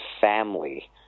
family